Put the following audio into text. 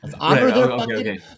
okay